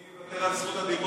אני אוותר על זכות הדיבור.